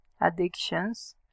addictions